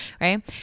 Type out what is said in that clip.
right